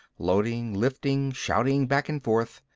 loading, lifting, shouting back and forth.